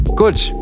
Good